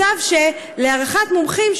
מצב שלהערכת מומחים,